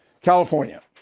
California